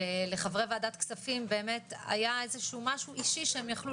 ולחברי וועדת כספים באמת היה איה שהוא משהו אישי שהם יכלו